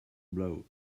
blow